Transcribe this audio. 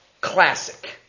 Classic